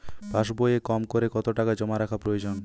পাশবইয়ে কমকরে কত টাকা জমা রাখা প্রয়োজন?